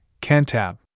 Cantab